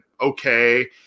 okay